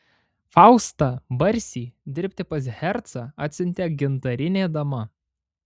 faustą barsį dirbti pas hercą atsiuntė gintarinė dama